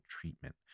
treatment